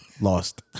Lost